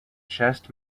chest